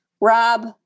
Rob